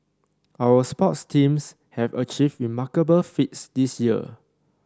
our sports teams have achieved remarkable feats this year